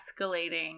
escalating